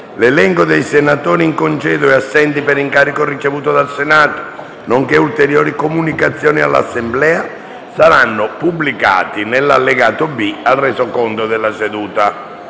L'elenco dei senatori in congedo e assenti per incarico ricevuto dal Senato, nonché ulteriori comunicazioni all'Assemblea saranno pubblicati nell'allegato B al Resoconto della seduta